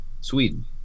sweden